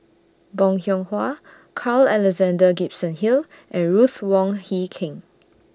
Bong Hiong Hwa Carl Alexander Gibson Hill and Ruth Wong Hie King